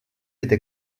était